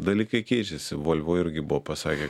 dalykai keičiasi volvo irgi buvo pasakė